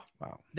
Wow